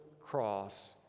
cross